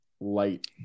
light